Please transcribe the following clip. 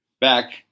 back